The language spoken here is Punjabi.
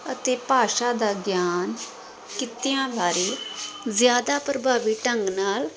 ਅਤੇ ਭਾਸ਼ਾ ਦਾ ਗਿਆਨ ਕਿੱਤਿਆਂ ਬਾਰੇ ਜ਼ਿਆਦਾ ਪ੍ਰਭਾਵਿਤ ਢੰਗ ਨਾਲ